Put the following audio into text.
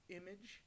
image